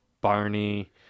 Barney